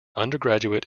undergraduate